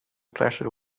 pleasure